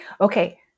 Okay